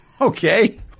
Okay